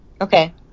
Okay